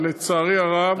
ולצערי הרב,